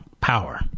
power